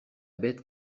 bête